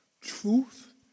truth